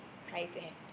try to have